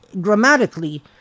grammatically